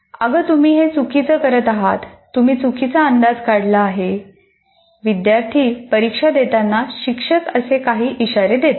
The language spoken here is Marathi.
"अगं तुम्ही हे चुकीचं करत आहात तुम्ही चुकीचा अंदाज काढला आहे" विद्यार्थी परीक्षा देताना शिक्षक असे काही इशारे देतात